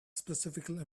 specifically